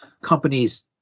companies